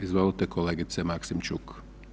Izvolite kolegice Maksimčuk.